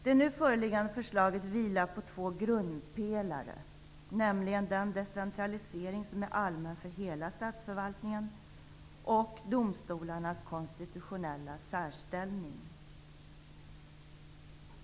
Det nu föreliggande förslaget vilar på två grundpelare, nämligen den decentralisering som är allmän för hela statsförvaltningen och domstolarnas konstitutionella särställning.